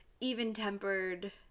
even-tempered